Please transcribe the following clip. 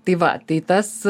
tai va tai tas